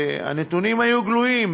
והנתונים היו גלויים,